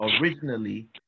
Originally